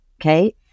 Okay